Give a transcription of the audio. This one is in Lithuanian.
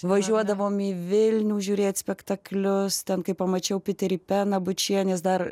važiuodavom į vilnių žiūrėt spektaklius ten kai pamačiau piterį peną bučienės dar